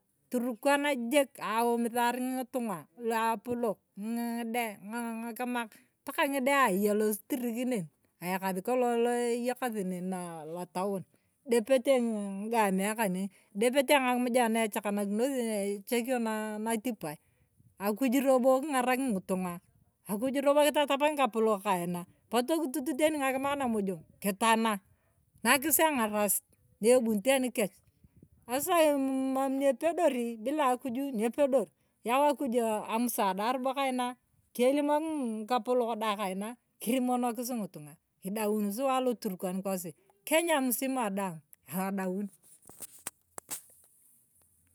Turkaan jik- eumisar ng'itung'aa luapolok ng'idae ng'iikimak mpakaa ng'idae eyaa lastriik nee, ayakaasi kolong' lo eyekasi nen lotaouni idepetee ng'ingamea kanee idepete ng'amujia nichakanakinosi echekio natipae akuj robo king'arak ngitung'aa akuj robo ng'itatap ng'ikapolok kaiina, potuu kitotoket tanii ng'akimak namojong' kitaana, nakisi ang'arasit nauborit anikech asaani mmmar niepedor bila akujii niepedor yau akuj amusaada robo kainae kilomok ng'ikapolok dae kainae kirimonokisi ng'itungaa kidauuwin suwaa aloturkan kosi, kenya mzima dwaang kaadaunii.